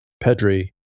Pedri